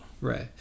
right